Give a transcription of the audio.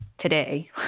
today